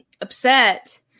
upset